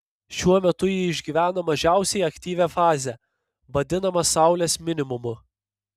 šiuo metu ji išgyvena mažiausiai aktyvią fazę vadinamą saulės minimumu